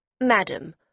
Madam